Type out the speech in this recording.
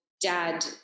dad